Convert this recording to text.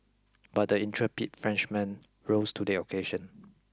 but the intrepid Frenchman rose to the occasion